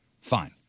Fine